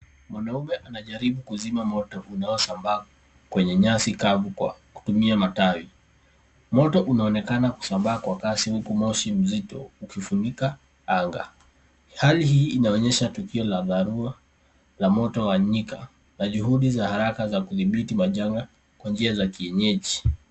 Mwanaume anajaribu kuzima moto unaosambaa kwenye nyasi kavu kwa kutumia matawi. Moto unaonekana kusambaa kwa kasi huku moshi mzito ukifunika anga. Hali hii inaonyesha tukio la dharura la moto wa nyika na juhudi za haraka za kudhibiti majanga kwa njia za kienyeji.